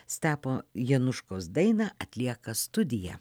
stepo januškos dainą atlieka studija